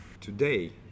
today